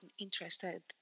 interested